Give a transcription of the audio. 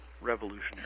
revolutionary